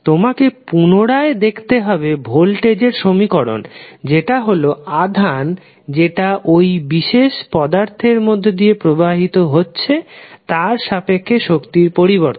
তোমাকে পুনরায় দেখতে হবে ভোল্টেজ এর সমীকরণ যেটা হল আধান যেটা ওই বিশেষ পদার্থের মধ্যে দিয়ে প্রবাহিত হচ্ছে তার সাপেক্ষে শক্তির পরিবর্তন